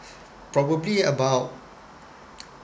probably about